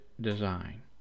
design